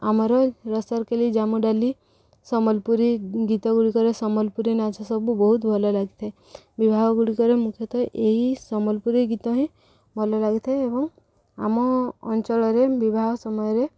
ଆମର ରସାରକଲି ଜାମୁ ଡାଲି ସମ୍ବଲପୁରୀ ଗୀତ ଗୁଡ଼ିକରେ ସମ୍ବଲପୁରୀ ନାଚ ସବୁ ବହୁତ ଭଲ ଲାଗିଥାଏ ବିବାହ ଗୁଡ଼ିକରେ ମୁଖ୍ୟତଃ ଏହି ସମ୍ବଲପୁରୀ ଗୀତ ହିଁ ଭଲ ଲାଗିଥାଏ ଏବଂ ଆମ ଅଞ୍ଚଳରେ ବିବାହ ସମୟରେ